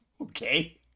Okay